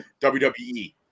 wwe